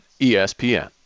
ESPN